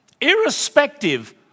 irrespective